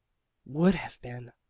would have been!